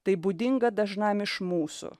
tai būdinga dažnam iš mūsų